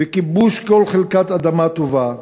וכיבוש כל חלקת אדמה טובה,